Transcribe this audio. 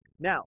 Now